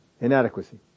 Inadequacy